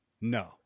No